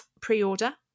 pre-order